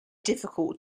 difficult